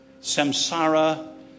samsara